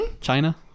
China